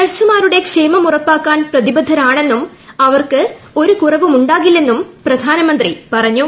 നഴ്സുമാരുടെ ക്ഷേമം ഉൾപ്പാക്കാൻ പ്രതിബദ്ധരാണെന്നും അവർക്ക് ഒരു കുറവും ഉണ്ടാകില്ലെന്നും പ്രധാനമന്ത്രി പറഞ്ഞു